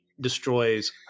destroys